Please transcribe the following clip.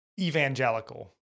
evangelical